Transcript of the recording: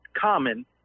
common